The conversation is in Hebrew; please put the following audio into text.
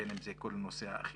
בין אם זה כל נושא האכיפה,